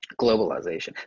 globalization